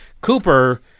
Cooper